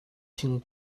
thing